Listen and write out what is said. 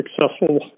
successful